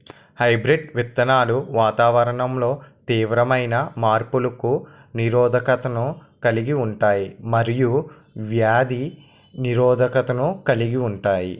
hybrid విత్తనాలు వాతావరణంలో తీవ్రమైన మార్పులకు నిరోధకతను కలిగి ఉంటాయి మరియు వ్యాధి నిరోధకతను కలిగి ఉంటాయి